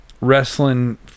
wrestling